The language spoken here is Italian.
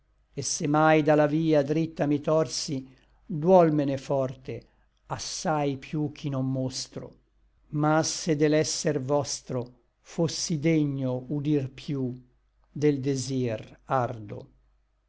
et se mai da la via dritta mi torsi duolmene forte assai piú ch'i non mostro ma se de l'esser vostro fossi degno udir piú del desir ardo